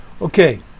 okay